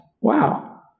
Wow